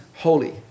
holy